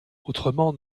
autrement